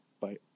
Bye